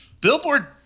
billboard